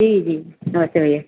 जी जी नमस्ते भैया